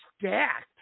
stacked